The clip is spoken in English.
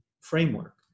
framework